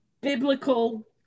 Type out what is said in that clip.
biblical